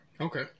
Okay